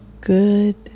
good